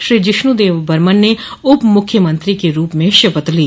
श्री जिष्णु देब बर्मन ने उप मुख्यमंत्री के रूप में शपथ ली